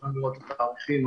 אפשר לראות את התאריכים,